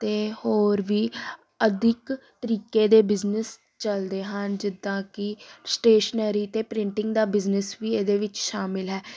ਅਤੇ ਹੋਰ ਵੀ ਅਧਿਕ ਤਰੀਕੇ ਦੇ ਬਿਜ਼ਨਸ ਚਲਦੇ ਹਨ ਜਿੱਦਾਂ ਕਿ ਸਟੇਸ਼ਨਰੀ ਅਤੇ ਪ੍ਰਿੰਟਿੰਗ ਦਾ ਬਿਜ਼ਨਸ ਵੀ ਇਹਦੇ ਵਿੱਚ ਸ਼ਾਮਿਲ ਹੈ